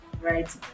right